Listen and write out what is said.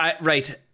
Right